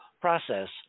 process